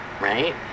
right